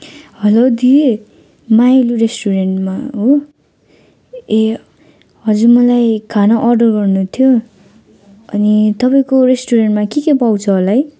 hello दिदी मायालु रेस्टुरेन्टमा हो ए हजुर मलाई खाना अर्डर गर्नु थियो अनि तपाईँको रेस्टुरेन्टमा के के पाउँछ होला है